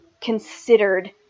considered